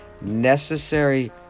necessary